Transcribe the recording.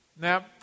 Now